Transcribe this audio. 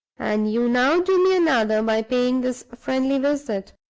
and you now do me another by paying this friendly visit.